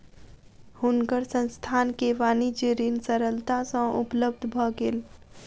हुनकर संस्थान के वाणिज्य ऋण सरलता सँ उपलब्ध भ गेल